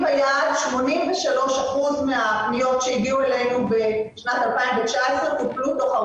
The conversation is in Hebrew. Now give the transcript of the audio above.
שכל קופות החולים באופן יחסי למערכת בכלל עובדות טוב.